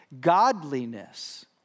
Godliness